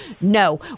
No